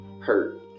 hurt